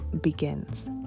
begins